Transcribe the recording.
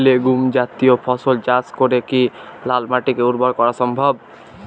Legume জাতীয় ফসল চাষ করে কি লাল মাটিকে উর্বর করা সম্ভব?